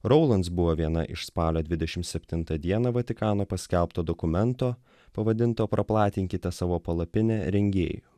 raulas buvo viena iš spalio dvidešim septintą dieną vatikano paskelbto dokumento pavadinto praplatinkite savo palapinę rengėjų